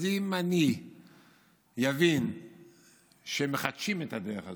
אם אני אבין שמחדשים את הדרך הזו,